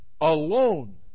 alone